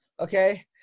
Okay